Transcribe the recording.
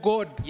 God